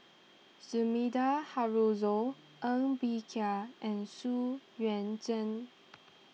Sumida Haruzo Ng Bee Kia and Xu Yuan Zhen